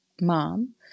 mom